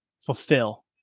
fulfill